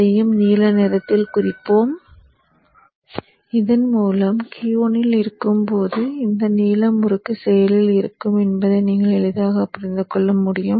அதையும் நீல நிறத்தில் குறிப்போம் இதன் மூலம் Q1 இல் இருக்கும் போது இந்த நீல முறுக்கு செயலில் இருக்கும் என்பதை நீங்கள் எளிதாக புரிந்து கொள்ள முடியும்